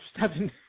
seven